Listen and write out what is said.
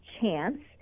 chance